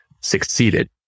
succeeded